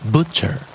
Butcher